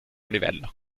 livello